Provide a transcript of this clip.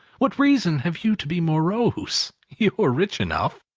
what reason have you to be morose? you're rich enough.